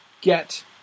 get